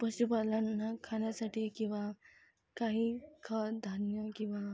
पशुपालांना खाण्यासाठी किंवा काही खन धान्य किंवा